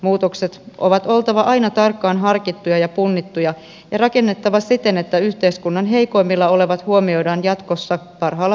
muutosten on oltava aina tarkkaan harkittuja ja punnittuja ja ne on rakennettava siten että yhteiskunnan heikoimmilla olevat huomioidaan jatkossa parhaalla mahdollisella tavalla